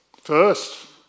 First